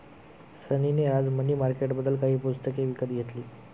सनी ने आज मनी मार्केटबद्दल काही पुस्तके विकत घेतली